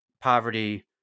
poverty